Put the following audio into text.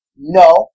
No